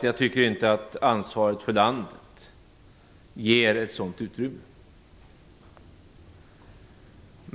Jag tycker inte att ansvaret för landet ger utrymme för detta.